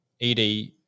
ed